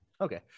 Okay